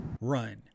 run